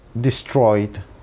destroyed